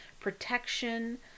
protection